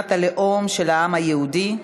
מדינת הלאום של העם היהודי,